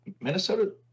Minnesota